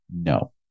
No